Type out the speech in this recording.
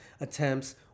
attempts